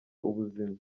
ubuzima